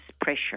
pressure